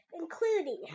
including